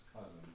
cousin